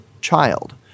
child